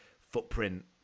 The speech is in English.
footprint